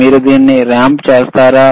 మీరు దీన్ని ర్యాంప్ చేస్తారా